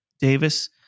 Davis